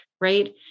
right